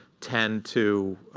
tend to